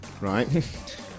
Right